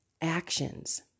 actions